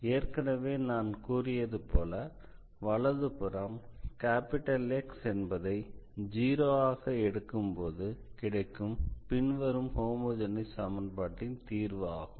ஏற்கனவே நான் கூறியது போல வலதுபுறம் X என்பதை 0 ஆக எடுக்கும்போது கிடைப்பது பின்வரும் ஹோமோஜெனஸ் சமன்பாட்டின் தீர்வு ஆகும்